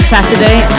Saturday